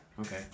Okay